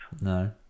no